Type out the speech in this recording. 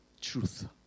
truth